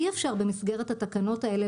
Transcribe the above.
אי אפשר במסגרת התקנות האלה,